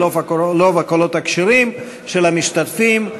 ברוב הקולות הכשרים של המשתתפים,